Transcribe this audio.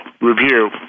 review